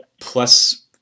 plus